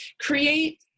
create